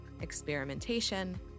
experimentation